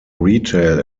retail